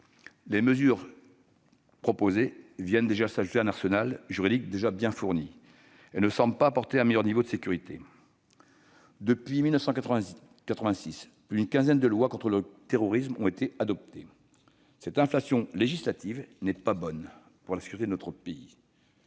les mesures proposées s'ajouteraient à un arsenal juridique déjà bien fourni et ne semblent pas apporter un meilleur niveau de sécurité. Depuis 1986, plus d'une quinzaine de lois contre le terrorisme ont été adoptées. Cette inflation législative n'est pas bonne pour la sécurité juridique de notre pays.